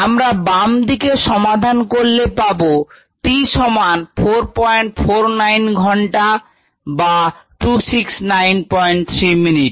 আমরা বাম দিকে সমাধান করলে পাব t সমান 449 ঘন্টা বা 2693 মিনিট